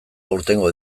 aurtengo